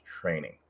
training